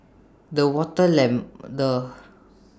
the the